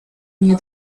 knew